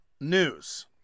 News